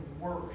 worse